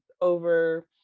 over